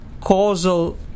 causal